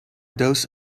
dose